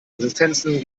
resistenzen